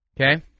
Okay